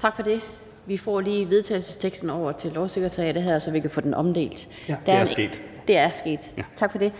Tak for det. Vi får lige vedtagelsesteksten over til Lovsekretariatet, så vi kan få den omdelt (Carl Valentin (SF): Det er sket). Det er sket, tak for det.